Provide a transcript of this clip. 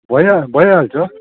भइ हा भइहाल्छ